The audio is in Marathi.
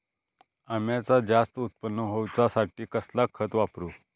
अम्याचा जास्त उत्पन्न होवचासाठी कसला खत वापरू?